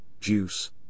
juice